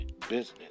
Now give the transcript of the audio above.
business